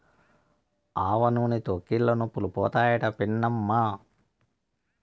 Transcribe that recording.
ఆవనూనెతో కీళ్లనొప్పులు పోతాయట పిన్నమ్మా